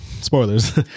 spoilers